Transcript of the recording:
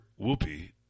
Whoopi